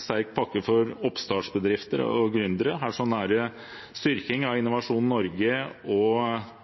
sterk pakke for oppstartsbedrifter og gründere. Her er det en styrking av Innovasjon Norge og